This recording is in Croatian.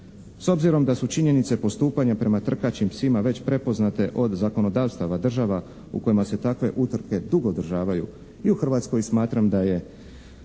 S obzirom da su činjenice postupanja prema trkaćim psima već prepoznate od zakonodavstava, država u kojima se takve utrke dugo održavaju i u Hrvatskoj, smatram da je